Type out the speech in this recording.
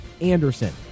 Anderson